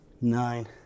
nine